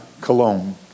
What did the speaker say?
cologne